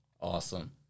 awesome